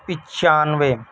پنچانوے